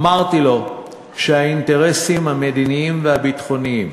אמרתי לו שהאינטרסים המדיניים והביטחוניים